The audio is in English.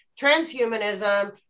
transhumanism